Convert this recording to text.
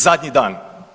Zadnji dan.